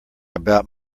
about